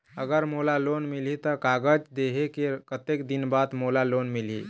अगर मोला लोन मिलही त कागज देहे के कतेक दिन बाद मोला लोन मिलही?